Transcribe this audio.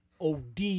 OD